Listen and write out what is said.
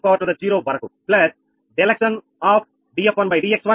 xn వరకు ∆x1df1dx1 ∆xn